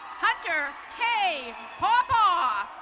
hunter k poaba.